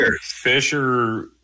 Fisher